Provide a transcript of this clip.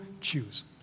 choose